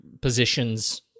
position's